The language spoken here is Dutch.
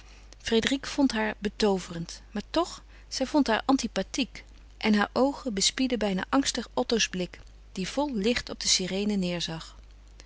frédérique vond haar betooverend maar toch zij vond haar antipathiek en haar oogen bespiedden bijna angstig otto's blik die vol licht op de sirene neerzag